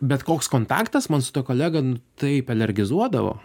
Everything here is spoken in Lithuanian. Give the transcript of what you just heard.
bet koks kontaktas man su tuo kolega nu taip alergizuodavo